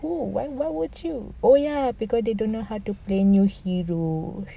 who why why would you oh ya cause they don't know how to play new hero